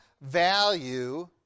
value